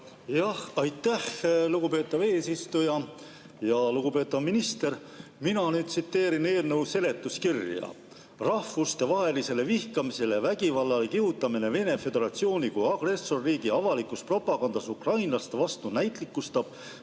… Aitäh, lugupeetav eesistuja! Lugupeetav minister! Mina nüüd tsiteerin eelnõu seletuskirja: "Rahvustevahelisele vihkamisele ja vägivallale kihutamine Vene Föderatsiooni kui agressorriigi avalikus propagandas ukrainlaste vastu näitlikustab,